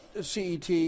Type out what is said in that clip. CET